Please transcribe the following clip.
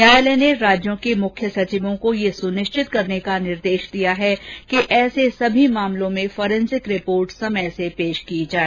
न्यायालय ने राज्यों के मुख्य सचिवों को यह सुनिश्चित करने का निर्देश दिया है कि ऐसे सभी मामलों में फॉरेन्सिक रिपोर्ट समय से पेश की जाए